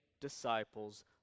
disciples